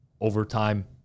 overtime